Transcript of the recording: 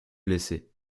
blessé